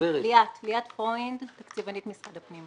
באופן שוטף בכל הארץ ומקבלת הכנסות מהיזמים על הקרקע ועל עבודות